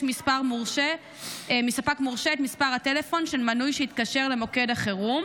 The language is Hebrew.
מספק מורשה את מספר הטלפון של מנוי שהתקשר למוקד החירום